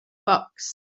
box